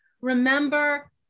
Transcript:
Remember